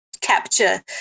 capture